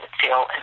feel